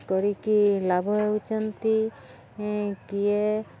କରିକି ଲାଭ ହେଉଛନ୍ତି କିଏ